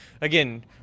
Again